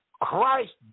Christ